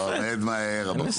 לומד מהר הבחור.